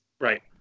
Right